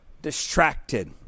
distracted